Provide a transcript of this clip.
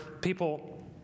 people